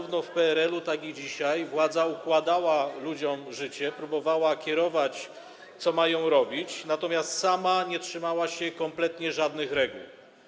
W PRL-u, ale i dzisiaj, władza układała ludziom życie, próbowała nimi kierować, mówić, co mają robić, natomiast sama nie trzymała się kompletnie żadnych reguł.